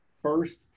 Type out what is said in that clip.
first